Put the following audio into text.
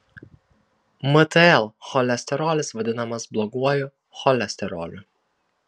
mtl cholesterolis vadinamas bloguoju cholesteroliu